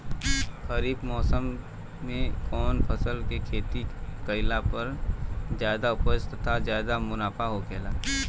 खरीफ़ मौसम में कउन फसल के खेती कइला पर ज्यादा उपज तथा ज्यादा मुनाफा होखेला?